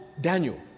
Daniel